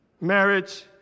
Marriage